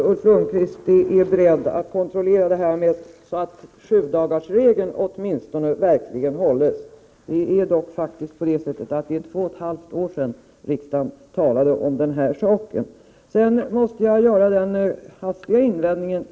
Herr talman! Jag tackar naturligtvis för att Ulf Lönnqvist är beredd att kontrollera att sjudagarsregeln åtminstone hålls — det är dock två och ett halvt år sedan som riksdagen talade om den här saken. Sedan måste jag göra en hastig invändning.